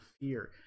fear